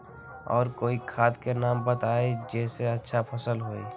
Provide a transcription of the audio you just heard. और कोइ खाद के नाम बताई जेसे अच्छा फसल होई?